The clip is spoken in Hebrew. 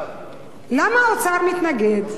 למה האוצר התנגד?